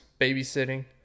babysitting